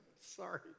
sorry